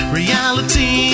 reality